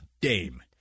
Dame